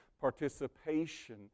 participation